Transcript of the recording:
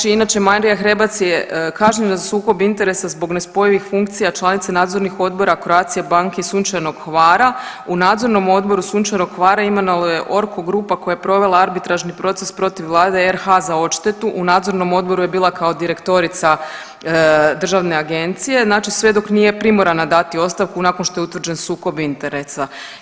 Inače Marija HRebac je kažnjena za sukob interesa zbog nespojivih funkcija članice nadzornih odbora Croatia banke i Sunčanog Hvara u Nadzorni odbor Sunčanog Hvara imenovala ju je ORCO-a Grupa koja je provela arbitražni proces protiv Vlade RH za odštetu u nadzornom odboru je bila kao direktorica državne agencije sve dok nije primorana dati ostavku nakon što je utvrđen sukob interesa.